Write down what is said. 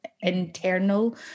internal